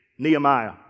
Nehemiah